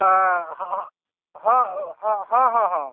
ହଁ ହଁ ହଁ ହଁ ହଁ ହଁ